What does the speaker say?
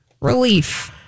relief